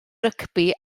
rygbi